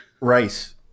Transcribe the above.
Rice